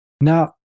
Now